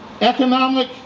economic